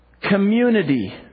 community